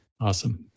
Awesome